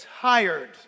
tired